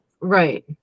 Right